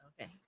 Okay